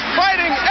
fighting